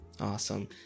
Awesome